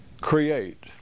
create